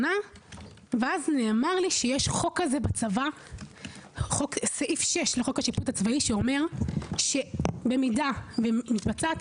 ואז נאמר שיש סעיף 6 לחוק השיפוט הצבאי שאומר שבמידה ומתבצעת